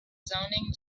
zoning